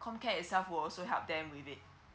com care itself will also help them with it